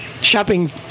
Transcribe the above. Shopping